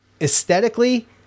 aesthetically